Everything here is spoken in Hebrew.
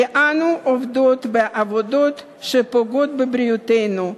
כי אנו עובדות בעבודות שפוגעות בבריאותנו,